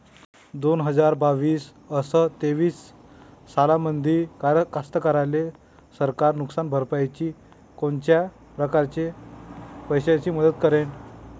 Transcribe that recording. दोन हजार बावीस अस तेवीस सालामंदी कास्तकाराइले सरकार नुकसान भरपाईची कोनच्या परकारे पैशाची मदत करेन?